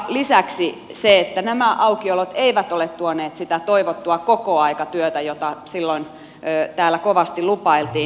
lisäksi nämä aukiolot eivät ole tuoneet sitä toivottua kokoaikatyötä jota silloin täällä kovasti lupailtiin